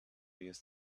used